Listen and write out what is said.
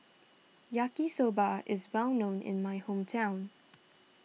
Yaki Soba is well known in my hometown